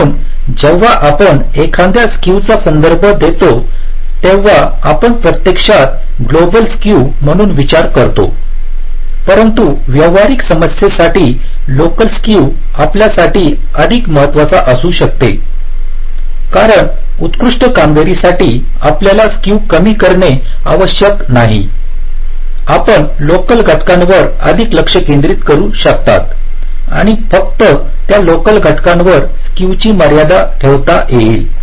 म्हणून जेव्हा आपण एखाद्या स्क्यूचा संदर्भ देता तेव्हा आपण प्रत्यक्षात ग्लोबल स्क्यू म्हणून विचार करतो परंतु व्यावहारिक समस्येसाठी लोकल स्केव आपल्यासाठी अधिक महत्त्वपूर्ण असू शकते कारण उत्कृष्ट कामगिरीसाठी आपल्याला स्क्यू कमी करणे आवश्यक नाही आपण लोकल घटकांवर लक्ष केंद्रित करू शकता आणि फक्त त्या लोकल घटकांवर स्क्यू ची मर्यादा ठेवता येईल